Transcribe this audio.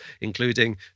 including